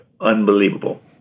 unbelievable